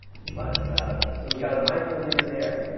but so we've got a microliter there.